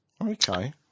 Okay